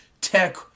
tech